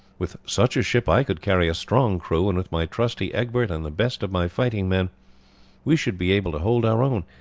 with such a ship i could carry a strong crew, and with my trusty egbert and the best of my fighting men we should be able to hold our own,